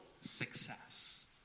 success